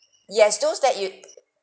yes those that you